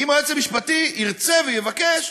אם היועץ המשפטי ירצה ויבקש,